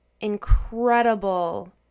incredible